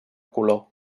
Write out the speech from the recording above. color